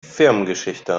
firmengeschichte